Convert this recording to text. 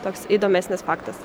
toks įdomesnis faktas